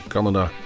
Canada